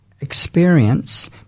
experience